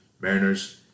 Mariners